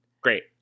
Great